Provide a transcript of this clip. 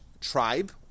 tribe